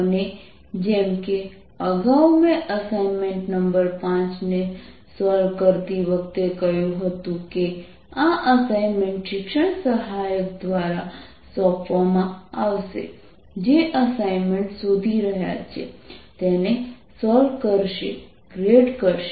અને જેમ કે અગાઉ મેં અસાઇનમેન્ટ નંબર 5 ને સોલ્વ કરતી વખતે કહ્યું હતું કે આ અસાઇનમેન્ટ શિક્ષણ સહાયક દ્વારા સોંપવામાં આવશે જે અસાઇનમેન્ટ શોધી રહ્યા છે તેને સોલ્વ કરશે ગ્રેડ કરશે